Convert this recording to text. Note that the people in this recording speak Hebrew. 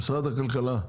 משרד הכלכלה,